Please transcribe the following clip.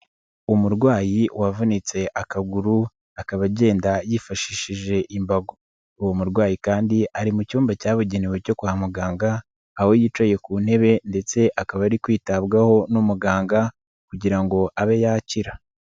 Umurwayi wavunitse akaguru, akaba agenda yifashishije imbago. Uwo murwayi kandi ari mu cyumba cyabugenewe cyo kwa muganga, aho yicaye ku ntebe ndetse akaba ari kwitabwaho n'umuganga kugira ngo abe yakira.